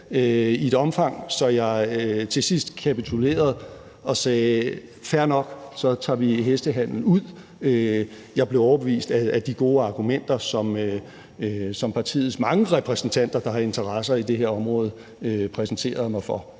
i et omfang, så jeg til sidst kapitulerede og sagde: Fair nok, så tager vi hestehandel ud. Jeg blev overbevist af de gode argumenter, som partiets mange repræsentanter, der har interesser i det her område, præsenterede mig for.